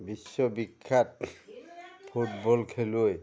বিশ্ববিখ্যাত ফুটবল খেলুৱৈ